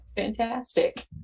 Fantastic